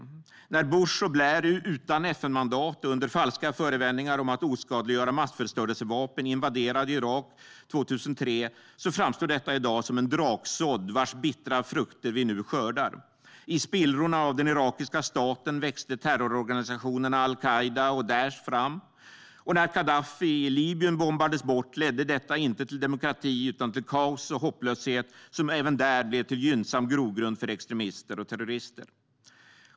Bush och Blair invaderade 2003 Irak utan FN-mandat och under falska förevändningar om att oskadliggöra massförstörelsevapen. Detta framstår i dag som en draksådd, vars bittra frukter vi nu skördar. I spillrorna av den irakiska staten växte terrororganisationerna al-Qaida och Daish fram. Och när Gaddafi i Libyen bombades bort ledde detta inte till demokrati utan till kaos och hopplöshet som även där blev till gynnsam grogrund för extremister och terrorister.